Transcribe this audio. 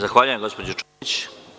Zahvaljujem, gospođo Čomić.